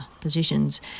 positions